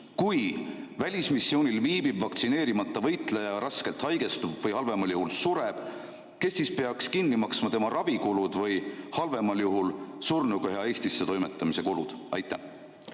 Kui välismissioonil viibiv vaktsineerimata võitleja raskelt haigestub või halvemal juhul sureb, siis kes peaks kinni maksma tema ravikulud või halvemal juhul surnukeha Eestisse toimetamise kulud? Suur